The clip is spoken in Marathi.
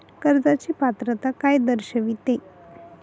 कर्जाची पात्रता काय दर्शविते?